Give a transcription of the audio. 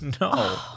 no